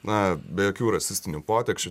na be jokių rasistinių poteksčių